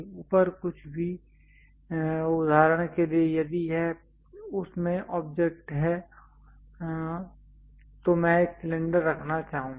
ऊपर कुछ भी उदाहरण के लिए यदि यह उस में ऑब्जेक्ट है तो मैं एक सिलेंडर रखना चाहूंगा